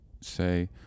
say